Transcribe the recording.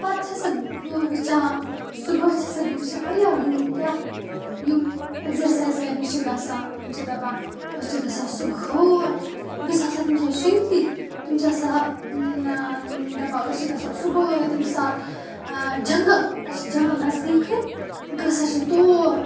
پَتہٕ چھَس بہٕ وُچھان صبُحٲے چھےٚ سَکھ بہٕ وُچھان واریاہ لُکھ کیاہ یِم ایٚکزرسایِز کرنہِ چھِ گژھان تِم چھِ دَپان أسۍ چھِ گژھان صبُحٲے بہٕ چھَس آسان تَمہِ ساتہٕ شینگتھٕے تِم چھِ آسان دَپان أسۍ چھِ گژھان صبُحٲے تَمہِ ساتہٕ جنگل اَسہِ چھُ جنگل نزدیٖکھٕے گژھان چھِ تور